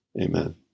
Amen